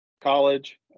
college